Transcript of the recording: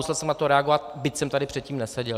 Musel jsem na to reagovat, byť jsem tady předtím neseděl.